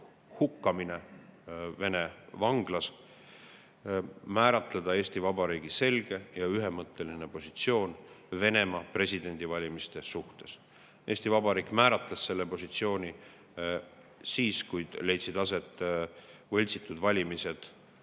hukkamine Vene vanglas, määratleda Eesti Vabariigi selge ja ühemõtteline positsioon Venemaa "presidendivalimiste" suhtes. Eesti Vabariik määratles selle positsiooni siis, kui leidsid aset võltsitud valimised